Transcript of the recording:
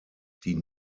die